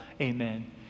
Amen